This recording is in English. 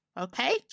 Okay